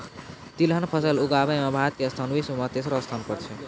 तिलहन फसल उगाबै मॅ भारत के स्थान विश्व मॅ तेसरो स्थान पर छै